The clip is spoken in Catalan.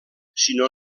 sinó